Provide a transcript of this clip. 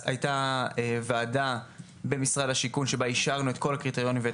הייתה ועדה במשרד השיכון שבה אישרנו את כל הקריטריונים ואת